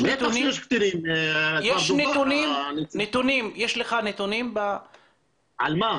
יש לך נתונים --- על מה?